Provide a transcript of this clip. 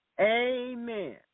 Amen